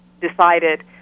decided